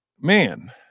Man